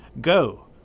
Go